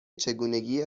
چگونگی